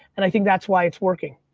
and i think that's why it's working.